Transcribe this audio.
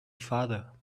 father